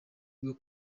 bwo